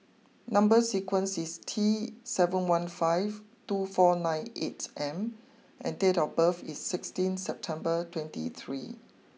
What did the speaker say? number sequence is T seven one five two four nine eight M and date of birth is sixteen September twenty three